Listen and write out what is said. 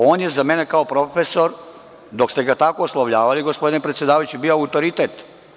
On je za mene kao profesor, dok ste ga tako oslovljavali, gospodine predsedavajući, bio autoritet.